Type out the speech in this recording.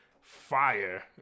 fire